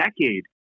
decade